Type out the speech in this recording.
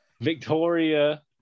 Victoria